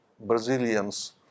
Brazilians